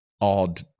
odd